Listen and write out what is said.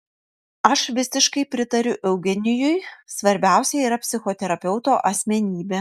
aš visiškai pritariu eugenijui svarbiausia yra psichoterapeuto asmenybė